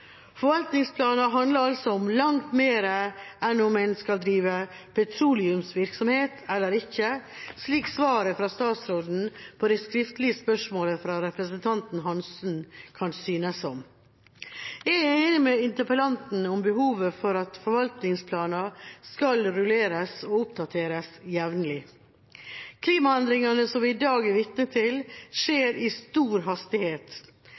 Forvaltningsplaner handler altså om langt mer enn om hvorvidt en skal drive petroleumsvirksomhet eller ikke, slik svaret fra statsråden på det skriftlige spørsmålet fra representanten Hansson kan synes som. Jeg er enig med interpellanten når det gjelder behovet for at forvaltningsplaner skal rulleres og oppdateres jevnlig. Klimaendringene vi i dag er vitne til, skjer i stor hastighet.